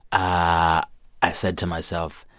i i said to myself,